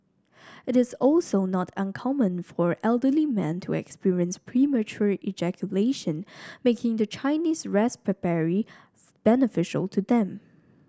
it is also not uncommon for elderly men to experience premature ejaculation making the Chinese raspberry beneficial to them